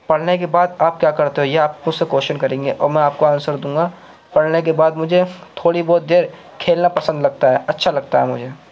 پڑھنے کے بعد آپ کیا کرتے ہو یہ آپ مجھ سے کویشچن کریں گے اور میں آپ کو آنسر دوں گا پڑھنے کے بعد مجھے تھوڑی بہت دیر کھیلنا پسند لگتا ہے اچھا لگتا ہے مجھے